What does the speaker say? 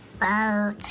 boat